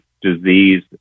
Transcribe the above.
disease